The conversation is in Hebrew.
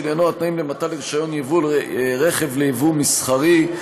שעניינו התנאים למתן רישיון יבוא רכב ליבוא מסחרי,